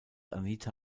anita